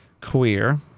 Queer